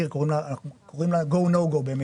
קוראים לה go/no go.